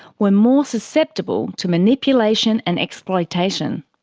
were more susceptible to manipulation and exploitation.